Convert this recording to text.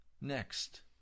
next